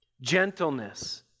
gentleness